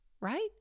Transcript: right